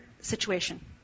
situation